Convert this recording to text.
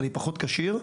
אני פחות כשיר,